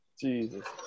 Jesus